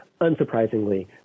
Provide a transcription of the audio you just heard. unsurprisingly